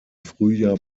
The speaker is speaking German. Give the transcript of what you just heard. frühjahr